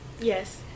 Yes